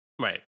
Right